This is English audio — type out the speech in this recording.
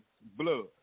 blood